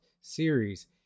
series